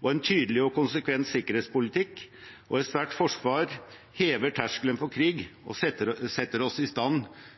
og en tydelig og konsekvent sikkerhetspolitikk og et sterkt forsvar hever terskelen for krig og setter oss i stand